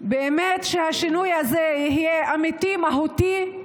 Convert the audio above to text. שהשינוי הזה יהיה אמיתי, מהותי.